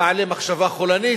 בעלי מחשבה חולנית,